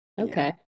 Okay